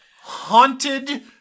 Haunted